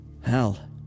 Hell